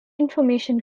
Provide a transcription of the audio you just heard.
information